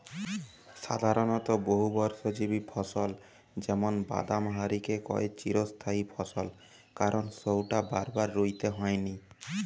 সাধারণত বহুবর্ষজীবী ফসল যেমন বাদাম হারিকে কয় চিরস্থায়ী ফসল কারণ সউটা বারবার রুইতে হয়নি